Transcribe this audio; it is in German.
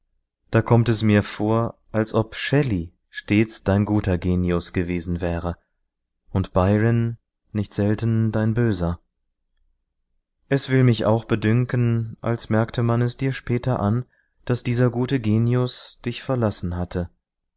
da kommt es mir vor als ob shelley stets dein guter genius gewesen wäre und byron nicht selten dein böser es will mich auch bedünken als merkte man es dir später an daß dieser gute genius dich verlassen hatte